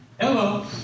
Hello